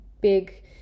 big